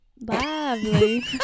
lovely